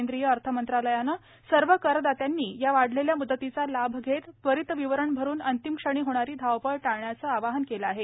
केंद्रीय अर्थमंत्रालयानं सर्व करदात्यांनी या वाढलेल्या म्दतीचा लाभ घेत त्वरित विवरण भरून अंतिम क्षणी होणारी धावपळ टाळण्याचं आवाहन केलं आहे